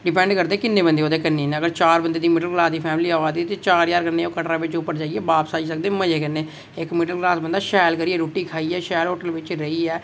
depend करदा की किन्नै बंदे ओह्दे कन्नै न अगर चार जनें आवा दे अगर मिडिल क्लॉस बंदे दी ते चार ज्हार कन्नै ओह् उप्परा आई सकदे दर्शन करियै मज़े कन्नै इक्क मिडिल क्लास बंदा शैल रुट्टी खाइयै शैल होटल बिच रेहियै